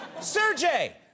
Sergey